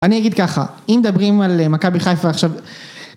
‫אני אגיד ככה, ‫אם מדברים על מכבי חיפה עכשיו...